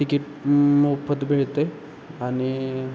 ticket मोफत मिळते आणि